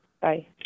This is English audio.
Bye